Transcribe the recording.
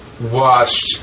watched